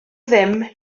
ddim